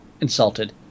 insulted